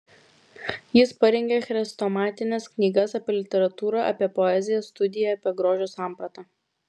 jis parengė chrestomatines knygas apie literatūrą apie poeziją studiją apie grožio sampratą